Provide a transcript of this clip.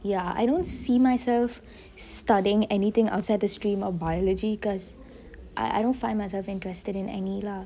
ya I don't see myself studying anything outside the stream of biology cause I I don't find myself interested in any lah